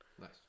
Nice